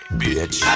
bitch